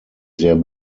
sehr